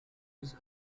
his